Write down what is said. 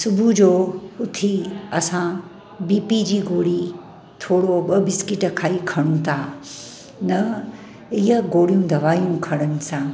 सुबुह जो उथी असां बीपी जी गोरी थोरो ॿ बिस्किट खाई खणू था न इह गोरियूं दवाइयूं खणनि सां